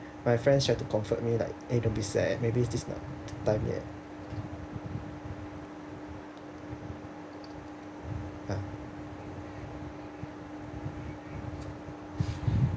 my friends tried to comfort me like eh don't be sad maybe this not the time yet